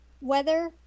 weather